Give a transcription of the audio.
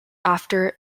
after